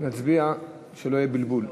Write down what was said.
נצביע, שלא יהיה בלבול.